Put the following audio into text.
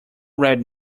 red